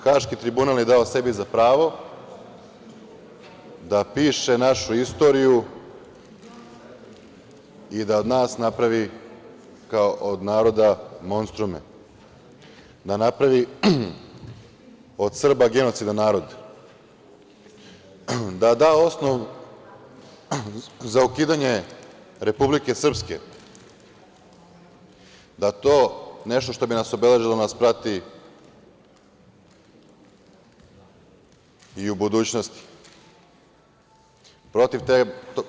Haški tribunal je dao sebi za pravo da piše našu istoriju i da od nas napravi kao od naroda monstrume, da napravi od Srba genocidan narod, da da osnov za ukidanje Republike Srpske, da to, nešto što bi nas obeležilo nas prati i u budućnosti.